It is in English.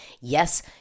yes